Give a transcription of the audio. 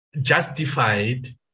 justified